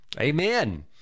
Amen